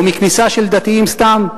או מכניסה של דתיים סתם,